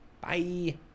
Bye